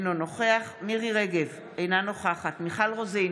אינו נוכח מירי מרים רגב, אינה נוכחת מיכל רוזין,